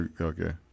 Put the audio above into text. okay